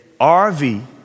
RV